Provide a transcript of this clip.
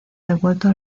devuelto